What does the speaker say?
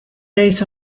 days